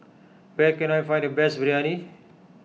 where can I find the best Biryani